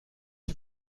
you